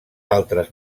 altres